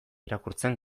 irakurtzen